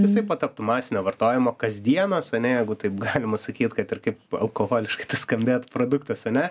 jisai pataptų masinio vartojimo kasdienos ane jeigu taip galima sakyt kad ir kaip alkoholiškai tas skambėtų produktas ane